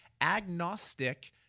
agnostic